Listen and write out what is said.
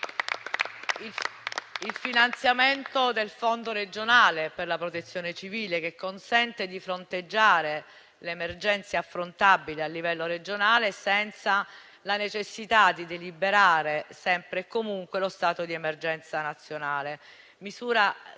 il finanziamento del fondo regionale per la Protezione civile consente di fronteggiare le emergenze affrontabili a livello regionale senza la necessità di deliberare sempre e comunque lo stato d'emergenza nazionale.